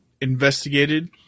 investigated